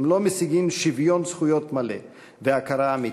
הם לא משיגים שוויון זכויות מלא והכרה אמיתית.